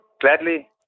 gladly